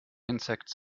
insects